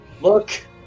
look